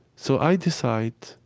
so i decide,